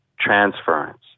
transference